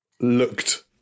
looked